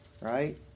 right